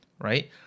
right